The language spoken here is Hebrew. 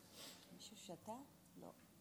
שבאמת נעשו בו דברים נפלאים